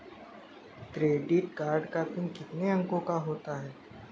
Credit card का pin कितने अंकों का होता है?